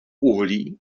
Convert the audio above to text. uhlí